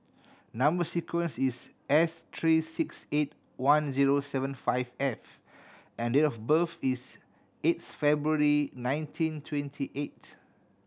number sequence is S three six eight one zero seven five F and date of birth is eighth February nineteen twenty eight